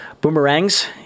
boomerangs